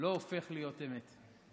לא הופך להיות אמת.